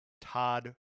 Todd